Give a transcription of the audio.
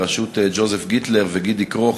בראשות ג'וזף גיטלר וגידי כרוך,